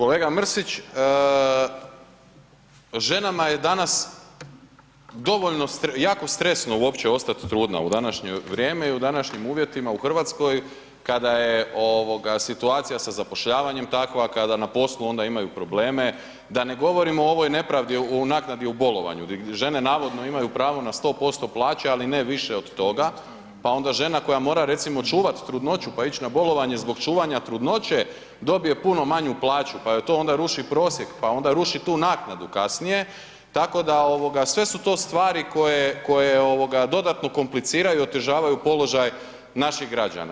Kolega Mrsić, ženama je danas dovoljno stresno, jako stresno uopće ostat trudna u današnje vrijeme i u današnjim uvjetima u RH kada je ovoga situacija sa zapošljavanjem takva, kada na poslu onda imaju probleme, da ne govorimo o ovoj nepravdi u naknadi o bolovanju di žene navodno imaju pravo na 100% plaće, ali ne više od toga, pa onda žena koja mora recimo čuvat trudnoću, pa ić na bolovanje zbog čuvanja trudnoće, dobije puno manju plaću, pa joj to onda ruši prosjek, pa onda ruši tu naknadu kasnije, tako da ovoga sve su to stvari koje, koje ovoga dodatno kompliciraju i otežavaju položaj naših građana.